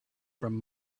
from